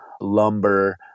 lumber